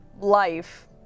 life